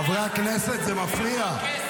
חברי הכנסת, זה מפריע.